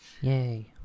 Yay